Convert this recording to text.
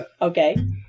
Okay